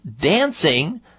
dancing